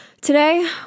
today